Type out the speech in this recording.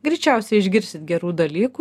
greičiausiai išgirsit gerų dalykų